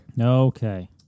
Okay